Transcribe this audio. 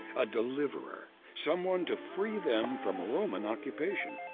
a deliverer, someone to free them from roman occupation,